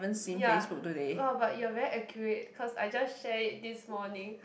ya ah but you are very accurate cause I just share it this morning